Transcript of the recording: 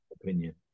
opinion